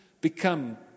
become